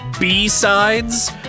B-sides